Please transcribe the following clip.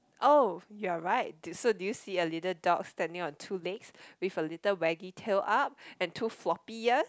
oh you're right do so do you see a little dog standing on two legs with a little waggy tail up and two floppy ears